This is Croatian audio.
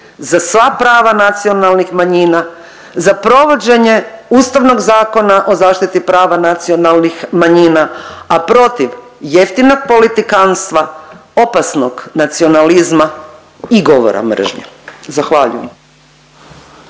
za sva prava nacionalnih manjina, za provođenje Ustavnog zakona o zaštiti prava nacionalnih manjina, a protiv jeftinog politikanstva, opasnost nacionalizma i govora mržnje. Zahvaljujem.